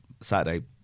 Saturday